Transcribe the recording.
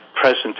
present